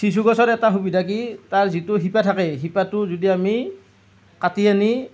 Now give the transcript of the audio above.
চিচুগছৰ এটা সুবিধা কি তাৰ যিটো শিপা থাকে শিপাটো যদি আমি কাটি আনি